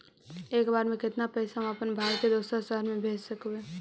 एक बेर मे कतना पैसा हम अपन भाइ के दोसर शहर मे भेज सकबै?